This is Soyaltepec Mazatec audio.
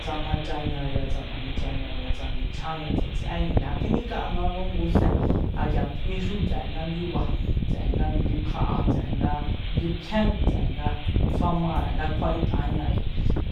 Tsa nachañaya tsa namichañaya tsa ndichjaña tsa tséña ja tjinka'a nga ngungu sen ja kuixu tse nga ndiba nga ndiu kja'a tse'e nga ndiu kjien tse'e nga tsjua mare nga kjua'et'aña ayi